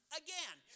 again